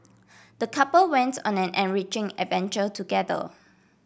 the couple wents on an enriching adventure together